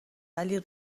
ولی